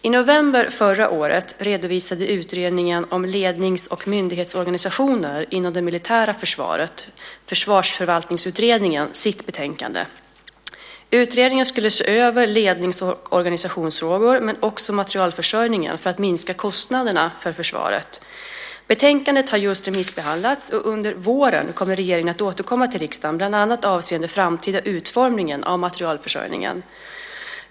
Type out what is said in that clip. I november förra året redovisade utredningen om lednings och myndighetsorganisationen inom det militära försvaret, Försvarsförvaltningsutredningen, sitt betänkande. Utredningen skulle se över lednings och organisationsfrågor, men också materielförsörjningen för att minska kostnaderna för försvaret. Betänkandet har just remissbehandlats, och under våren kommer regeringen att återkomma till riksdagen bland annat avseende framtida utformning av materielförsörjningen.